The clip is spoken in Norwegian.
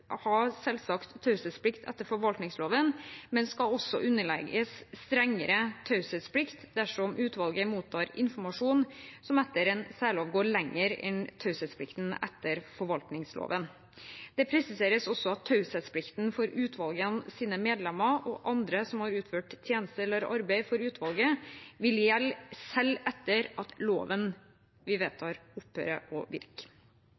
selvsagt taushetsplikt etter forvaltningsloven, men skal også underlegges strengere taushetsplikt dersom utvalget mottar informasjon som etter særlov går lenger enn taushetsplikten etter forvaltningsloven. Det presiseres også at taushetsplikten for utvalgets medlemmer og andre som har utført tjeneste eller arbeid for utvalget, vil gjelde selv etter at loven vi vedtar, opphører å virke.